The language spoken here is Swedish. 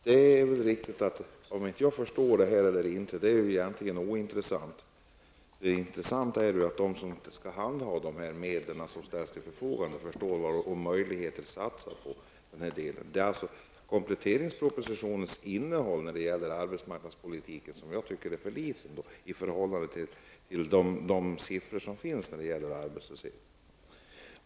Herr talman! Om jag inte förstår det här eller ej är egentligen ointressant. Det intressanta är att de som skall handha de medel som står till förfogande förstår vilka möjligheter de skall satsa på. Det är kompletteringspropositionens innehåll när det gäller arbetsmarknadspolitiker som jag tycker är för liten i förhållande till de siffror som finns när det gäller arbetslösheten.